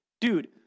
Dude